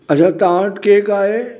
अछा तव्हां वटि केक आहे